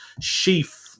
Sheaf